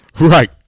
Right